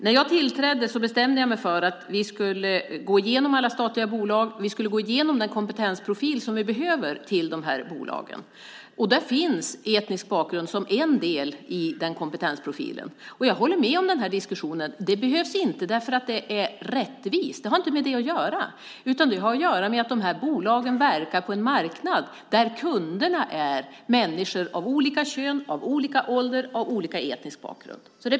När jag tillträdde bestämde jag mig för att vi skulle gå igenom alla statliga bolag och att vi skulle gå igenom den kompetensprofil som behövs för bolagen. Där finns etnisk bakgrund som en del i den kompetensprofilen. Jag håller med om diskussionen. Detta behövs inte för att det är rättvist. Det har inte med det att göra. Detta har att göra med att bolagen verkar på en marknad där kunderna är människor av olika kön, ålder och etnisk bakgrund.